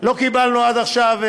לא קיבלנו עד עכשיו.